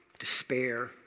Despair